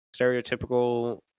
stereotypical